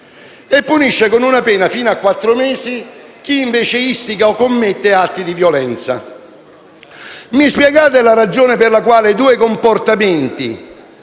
punisce con una pena fino a quattro mesi chi invece istiga o commette atti di violenza. Mi spiegate la ragione per la quale due comportamenti